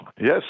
Yes